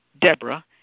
Deborah